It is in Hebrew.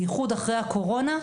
בייחוד אחרי הקורונה,